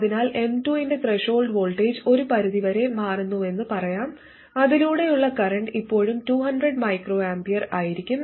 അതിനാൽ M2 ന്റെ threshold voltage ഒരു പരിധിവരെ മാറുന്നുവെന്ന് പറയാം അതിലൂടെയുള്ള കറന്റ് ഇപ്പോഴും 200 µA ആയിരിക്കും